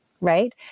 right